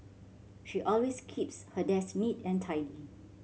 she always keeps her desk neat and tidy